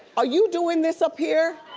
are you doing this up here?